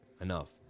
enough